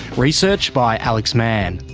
research by alex mann.